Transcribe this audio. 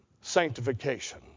sanctification